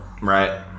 Right